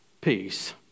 peace